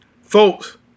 Folks